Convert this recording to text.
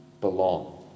belong